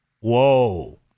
whoa